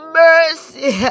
mercy